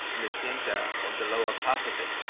in the centre of the lower part of it.